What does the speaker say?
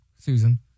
Susan